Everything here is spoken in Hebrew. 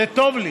זה טוב לי.